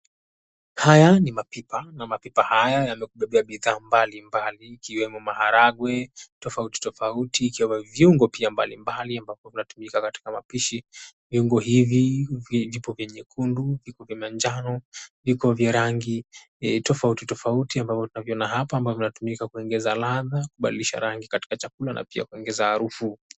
Haya ni mapipa na mapipa haya yamebebea bidhaa mbalimbali ikiwemo maharage tofauti tofauti ikiwemo viungo pia mbalimbali ambapo vinatumika katika mapishi. Viungo hivi vipo vya nyekundu, viko vya njano, viko vya rangi tofauti tofauti ambavyo tunavyoona hapa ambavyo vinatumika kuongeza ladha, kubadilisha rangi katika chakula na pia kuongeza harufu.